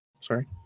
Sorry